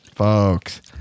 Folks